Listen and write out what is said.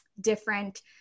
different